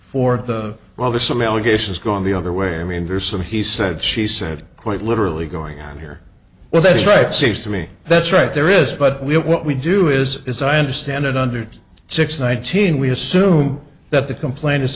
for the well the some allegations gone the other way i mean there's some he said she said quite literally going on here well that's right it seems to me that's right there is but we don't what we do is as i understand it under six nineteen we assume that the complaint is